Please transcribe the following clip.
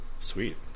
Sweet